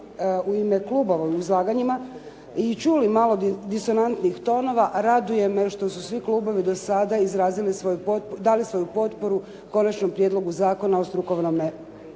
u ime klubovim izlaganjima i čuli malo disonantnih tonova raduje me što su svi klubovi do sada dali svoju potporu Konačnom prijedlogu zakona o strukovnome